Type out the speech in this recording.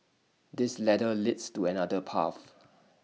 this ladder leads to another path